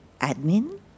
admin